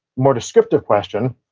more descriptive question,